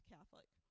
Catholic